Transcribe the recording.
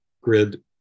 grid